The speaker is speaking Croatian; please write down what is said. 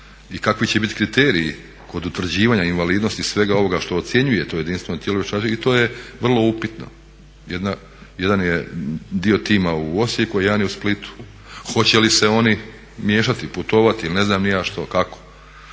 I kakvi će bit kriteriji kod utvrđivanja invalidnosti svega ovoga što ocjenjuje to jedinstveno tijelo vještačenja i to je vrlo upitno. Jedan je dio tima u Osijeku, jedan je u Splitu. Hoće li se oni miješati, putovati ili ne znam ni ja što, kako.